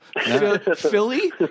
Philly